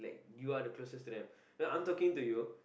you are the closest to them no I'm talking to you